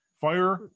fire